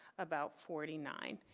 about forty nine.